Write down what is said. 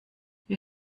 wir